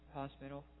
hospital